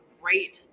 great